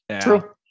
True